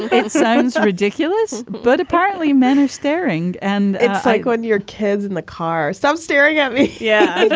it sounds ridiculous, but apparently men are staring and it's like when your kids in the car stop staring at me. yeah and